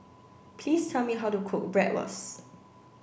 please tell me how to cook Bratwurst